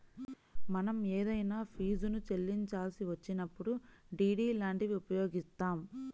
మనం ఏదైనా ఫీజుని చెల్లించాల్సి వచ్చినప్పుడు డి.డి లాంటివి ఉపయోగిత్తాం